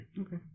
Okay